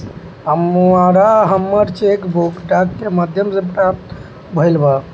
हमरा हमर cheque book डाक के माध्यम से प्राप्त भईल बा